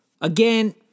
Again